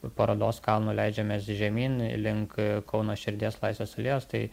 parodos kalno leidžiamės žemyn link kauno širdies laisvės alėjos tai